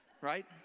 Right